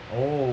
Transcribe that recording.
oh